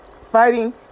fighting